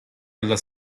alla